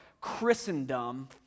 Christendom